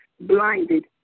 blinded